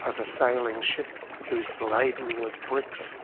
of a sailing-ship whose lading was bricks,